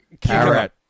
Carrot